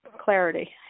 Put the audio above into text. clarity